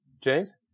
James